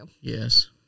Yes